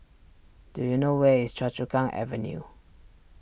do you know where is Choa Chu Kang Avenue